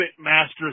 master